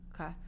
okay